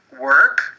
work